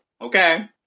okay